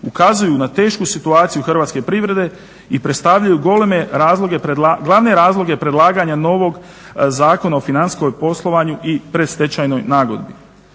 ukazuju na tešku situaciju hrvatske privrede i predstavljaju glavne razloge predlaganja novog Zakona o financijskom poslovanju i predstečajnoj nagodbi.